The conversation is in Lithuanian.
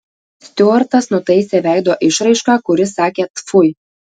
stiuartas nutaisė veido išraišką kuri sakė tfui